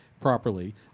properly